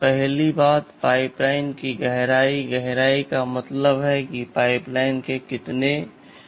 पहली बात पाइपलाइन की गहराई है गहराई का मतलब है कि पाइपलाइन के कितने चरण हैं